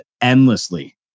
endlessly